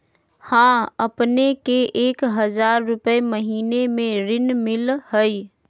हां अपने के एक हजार रु महीने में ऋण मिलहई?